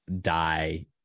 die